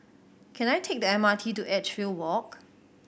can I take the M R T to Edgefield Walk